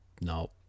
No